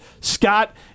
Scott